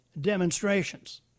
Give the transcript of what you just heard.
demonstrations